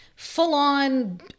full-on